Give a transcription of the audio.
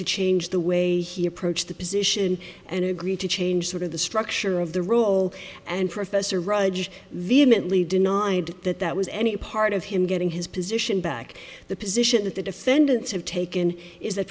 to change the way he approached the position and agreed to change sort of the structure of the role and professor raj vehemently denied that that was any part of him getting his position back the position that the defendants have taken is